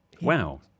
wow